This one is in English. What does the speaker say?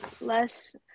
less